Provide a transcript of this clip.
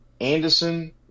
Anderson